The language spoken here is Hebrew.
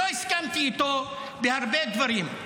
שלא הסכמתי איתו בהרבה דברים,